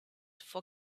for